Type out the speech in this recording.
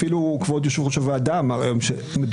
אפילו כבוד יושב ראש הוועדה אמר היום שמדובר